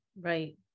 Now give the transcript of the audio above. right